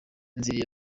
izindi